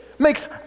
makes